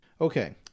Okay